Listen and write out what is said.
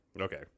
Okay